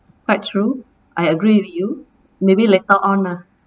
but true I agree with you maybe later on ah